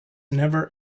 never